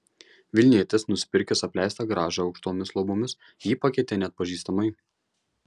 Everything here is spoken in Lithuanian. vilnietis nusipirkęs apleistą garažą aukštomis lubomis jį pakeitė neatpažįstamai